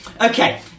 Okay